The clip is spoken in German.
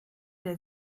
der